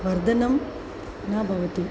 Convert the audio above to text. वर्धनं न भवति